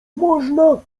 można